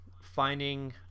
finding